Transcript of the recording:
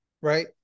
Right